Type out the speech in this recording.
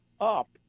up